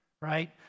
right